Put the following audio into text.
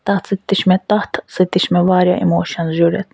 تتھ سۭتۍ تہِ چھِ مےٚ تتھ سۭتۍ تہِ چھِ مےٚ وارِیاہ اِموشن جُڈتھ